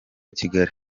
kigali